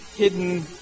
hidden